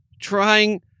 trying